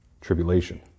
tribulation